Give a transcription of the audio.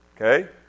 okay